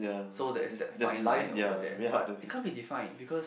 so there is that fine line over there but is can't be define because